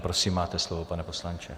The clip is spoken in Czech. Prosím, máte slovo, pane poslanče.